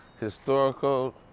historical